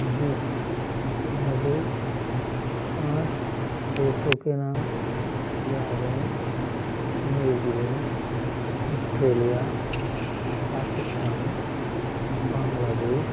जी हाँ मुझे पाँच देशों के नाम याद हैं न्यूजीलैंड ऑस्ट्रेलिया पाकिस्तान बांग्लादेश